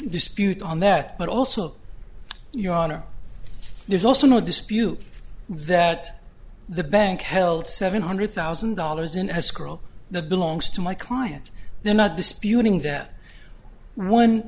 dispute on that but also your honor there's also no dispute that the bank held seven hundred thousand dollars in high school the belongs to my client they're not disputing that one